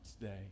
today